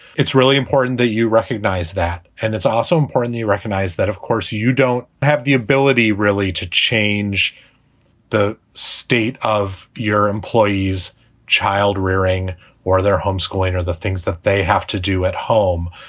it's really important that you recognize that. and it's also important to recognize that, of course, you don't have the ability really to change the state of your employees child rearing or their home schooling or the things that they have to do at home.